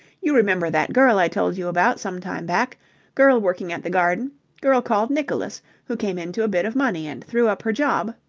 you remember that girl i told you about some time back girl working at the garden girl called nicholas, who came into a bit of money and threw up her job.